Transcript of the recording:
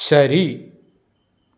ശരി